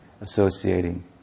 associating